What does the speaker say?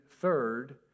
Third